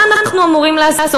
מה אנחנו אמורים לעשות?